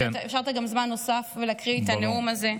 שאתה אפשרת גם זמן נוסף כדי להקריא את הנאום הזה.